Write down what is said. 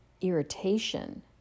irritation